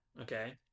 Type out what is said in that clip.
okay